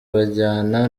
bajyana